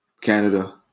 Canada